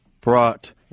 brought